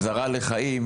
לצערי,